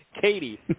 Katie